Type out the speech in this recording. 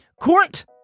Court